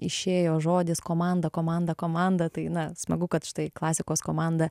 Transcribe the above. išėjo žodis komanda komanda komanda tai na smagu kad štai klasikos komanda